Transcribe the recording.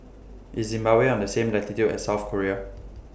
IS Zimbabwe on The same latitude as South Korea